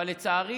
אבל לצערי